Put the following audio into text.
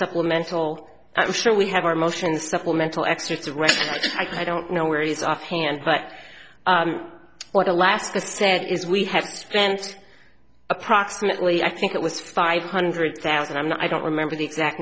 supplemental i'm sure we have our motion the supplemental excerpts read i don't know where he is offhand but what alaska said is we have spent approximately i think it was five hundred thousand i'm not i don't remember the exact